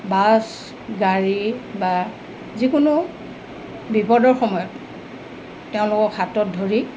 bus গাড়ী বা যিকোনো বিপদৰ সময়ত তেওঁলোকক হাতত ধৰি